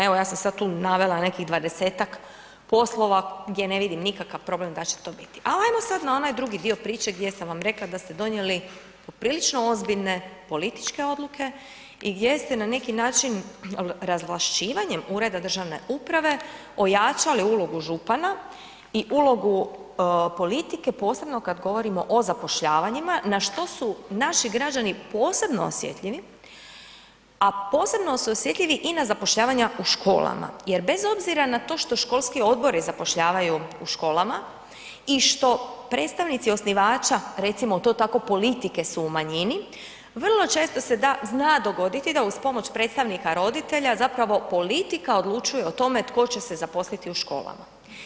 Evo ja sam sad tu navela nekih 20 poslova gdje ne vidim nikakav problem da će to biti ali ajmo sad na onaj drugi dio priče gdje sam vam rekla da ste donijeli poprilično ozbiljne političke odluke i gdje ste na neki način razvlašćivanjem ureda državne uprave ojačali ulogu župana i ulogu politike, posebno kad govorimo o zapošljavanjima na što su naši građani posebno osjetljivi a posebno su osjetljivi i na zapošljavanja u školama jer bez obzira na to što školski odbori zapošljavaju u školama i što predstavnici osnivača recimo to tako politike su u manjini, vrlo često se zna dogoditi da uz pomoć predstavnika roditelja zapravo politika odlučuje o tome tko će se zaposliti u školama.